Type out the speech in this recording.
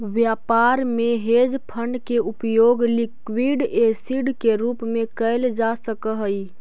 व्यापार में hedge fund के उपयोग लिक्विड एसिड के रूप में कैल जा सक हई